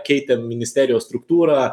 keitėm ministerijos struktūrą